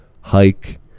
Hike